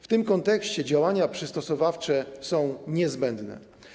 W tym kontekście działania przystosowawcze są niezbędne.